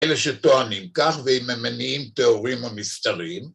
‫אלה שטוענים כך ‫והם המניעים טהורים או נסתרים.